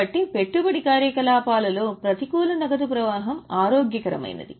కాబట్టి పెట్టుబడి కార్యకలాపాలలో ప్రతికూల నగదు ప్రవాహం ఆరోగ్యకరమైనది